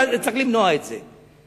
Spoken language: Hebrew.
וצריך למנוע את זה,